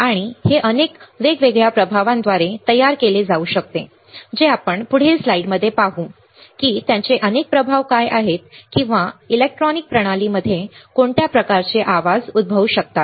आणि हे अनेक वेगवेगळ्या प्रभावांद्वारे तयार केले जाऊ शकते जे आपण पुढील स्लाइडमध्ये पाहू की त्याचे अनेक प्रभाव काय आहेत किंवा इलेक्ट्रॉनिक प्रणालीमध्ये कोणत्या प्रकारचे आवाज उद्भवू शकतात